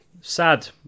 sad